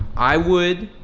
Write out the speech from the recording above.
i would,